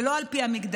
ולא על פי המגדר.